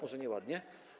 Może nieładnie.